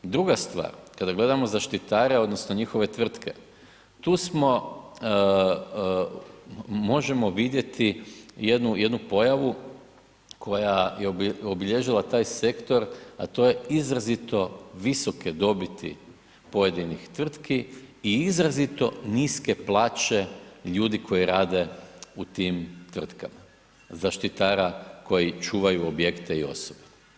Druga stvar, kada gledamo zaštitare odnosno njihove tvrtke tu smo, možemo vidjeti jednu pojavu koja je obilježila taj sektor, a to je izrazito visoke dobiti pojedinih tvrtki i izrazito niske plaće ljudi koji rade u tim tvrtkama, zaštitara koji čuvaju objekte i osobe.